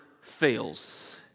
fails